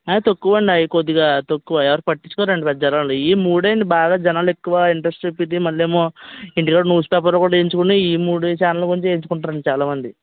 తక్కువండి అవి కొద్దిగా తక్కువ ఎవరు పట్టిచ్చుకోరు అండి పెద్ద ఎవరు ఇది ఇవి మూడు అండి జనాలు బాగా ఎక్కువ ఇంట్రెస్ట్ చూపిచ్చి మళ్ళేమో ఇంటి దగ్గర న్యూస్ పేపర్ కూడా వేయించుకుని ఈ మూడు ఛానల్ కూడా వేయించుకుంటారండి చాలా మంది